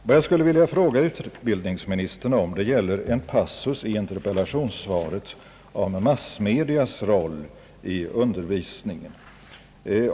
Vad jag skulle vilja fråga utbildningsministern om är en passus i interpellationssvaret som gäller massmedias roll i undervisningen.